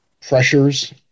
pressures